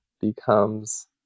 becomes